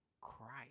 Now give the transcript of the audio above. Christ